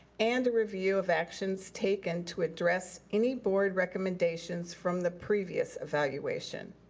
and a review of actions taken to address any board recommendations from the previous evaluation.